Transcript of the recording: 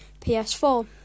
PS4